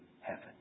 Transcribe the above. heaven